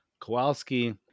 Kowalski